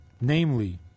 namely